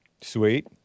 Sweet